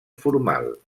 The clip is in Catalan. formal